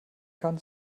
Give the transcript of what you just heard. kann